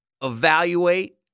evaluate